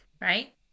Right